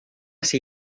ser